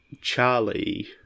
Charlie